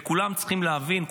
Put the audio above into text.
וכולם צריכים להבין,